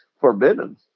forbidden